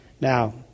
Now